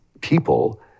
people